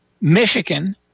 Michigan